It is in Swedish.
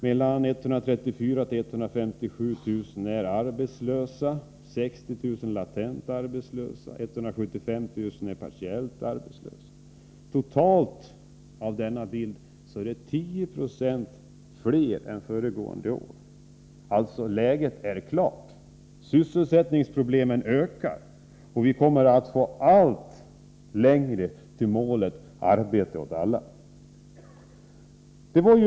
Mellan 134 000 och 157 000 är öppet arbetslösa. 60 000 är latent arbetslösa. 175 000 är partiellt arbetslösa. Totalt är det 10 96 fler än föregående år. Läget är alltså klart: sysselsättningsproblemen ökar, och vi kommer att få allt längre till målet arbete åt alla. Herr talman!